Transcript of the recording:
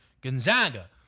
Gonzaga